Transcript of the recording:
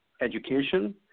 education